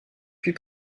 puis